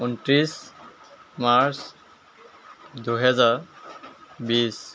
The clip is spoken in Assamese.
ঊনত্ৰিছ মাৰ্চ দুহেজাৰ বিছ